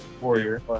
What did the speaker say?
warrior